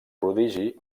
prodigi